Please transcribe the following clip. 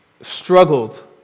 struggled